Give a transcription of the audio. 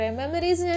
memories